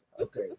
okay